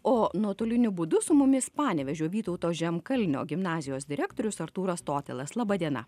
o nuotoliniu būdu su mumis panevėžio vytauto žemkalnio gimnazijos direktorius artūras totilas laba diena